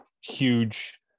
huge